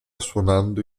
suonando